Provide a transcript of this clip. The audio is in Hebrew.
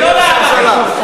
האם ראש הממשלה,